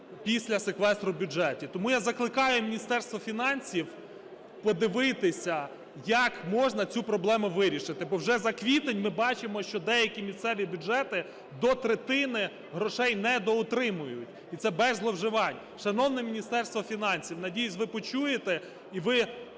після секвестру бюджетів. Тому я закликаю Міністерство фінансів подивитися, як можна цю проблему вирішити, бо вже за квітень ми бачимо, як деякі місцеві бюджети до третини грошей недоотримують, і це без зловживань. Шановне Міністерство фінансів, надіюсь, ви почуєте і ви